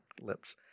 lips